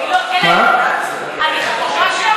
היא חתומה?